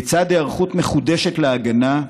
לצד היערכות מחודשת להגנה,